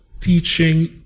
teaching